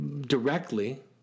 directly